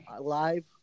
live